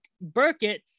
Burkett